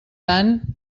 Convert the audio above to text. tant